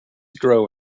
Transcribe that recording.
grow